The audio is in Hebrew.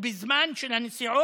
ועם הזמן של הנסיעות